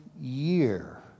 Year